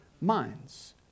minds